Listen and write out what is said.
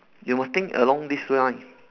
you must think along this few line